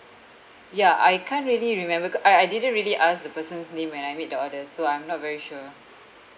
ya I can't really remember ca~ I I didn't really ask the person's name when I made the order so I'm not very sure